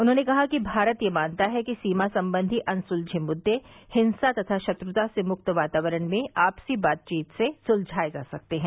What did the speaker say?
उन्होंने कहा कि भारत यह मानता है कि सीमा संबंधी अनसुलझे मुद्दे हिंसा तथा शत्रुता से मुक्त वातावरण में आपसी बातचीत से सुलझाये जा सकते हैं